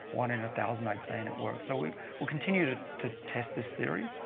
one and thousand, i'd say, and it worked. so we'll we'll continue to to test this theory,